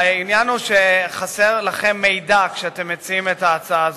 העניין הוא שחסר לכם מידע כשאתם מציעים את ההצעה הזאת,